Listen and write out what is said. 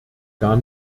gar